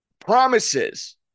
Promises